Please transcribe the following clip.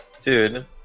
Dude